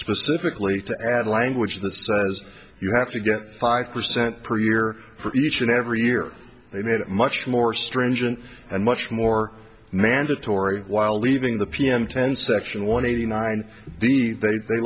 specifically to add language that says you have to get five percent per year for each and every year they made it much more stringent and much more mandatory while leaving the pm ten section one eighty nine d